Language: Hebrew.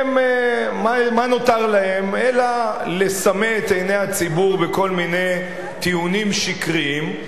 לא נותר להם אלא לסמא את עיני הציבור בכל מיני טיעונים שקריים.